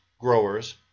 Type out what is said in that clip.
growers